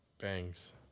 Bangs